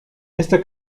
esta